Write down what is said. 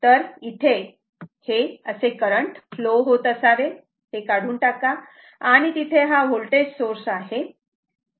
तर इथे हे असे करंट फ्लो होत असावे हे काढून टाका आणि तिथे हा वोल्टेज सोर्स आहे